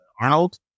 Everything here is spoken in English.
Arnold